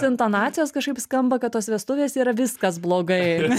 intonacijos kažkaip skamba kad tos vestuvės yra viskas blogai